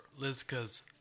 Lizka's